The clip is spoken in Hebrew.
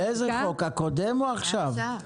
לאיזה חוק, הקודם או עכשיו?